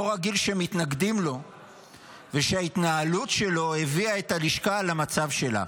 לא רגיל שמתנגדים לו ושההתנהלות שלו הביאה את הלשכה למצב שלה.